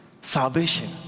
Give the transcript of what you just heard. Salvation